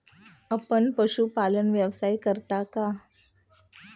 आपण पशुपालन व्यवसाय करता का?